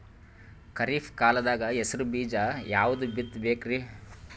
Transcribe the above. ಖರೀಪ್ ಕಾಲದಾಗ ಹೆಸರು ಬೀಜ ಯಾವದು ಬಿತ್ ಬೇಕರಿ?